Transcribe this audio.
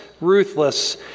ruthless